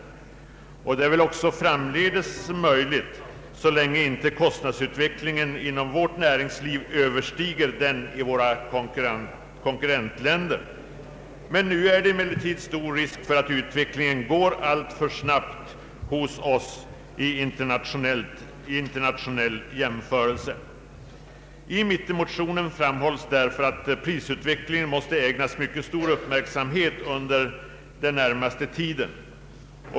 Detta är väl också framdeles möjligt så länge inte kostnadsutvecklingen inom vårt näringsliv överstiger den i våra konkurrentländer. Nu är det emellertid stor risk för att utvecklingen går alltför snabbt hos oss vid internationell jämförelse. I mittenmotionen framhålls att prisutvecklingen måste ägnas mycket stor uppmärksamhet under den närmaste tiden.